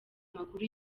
amakuru